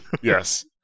yes